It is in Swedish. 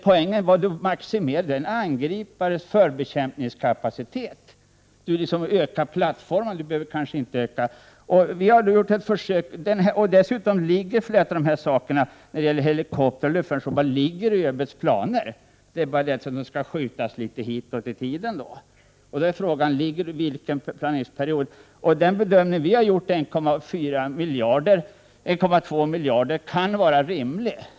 Poängen är att man maximerar en angripares förbekämpningskapacitet; man ökar plattformarna. Dessutom är flera av dessa saker — det gäller helikoptrar och luftvärnsrobotar — innefattade i ÖB:s planer. Det är bara det att man skall göra en liten förskjutning i tiden. Då är frågan: Vilken planeringsperiod? Den bedömning vi har gjort, 1,2 miljarder, kan vara rimlig.